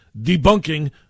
debunking